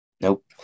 Nope